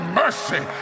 mercy